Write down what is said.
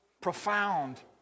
profound